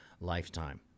lifetime